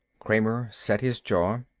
kramer set his jaw.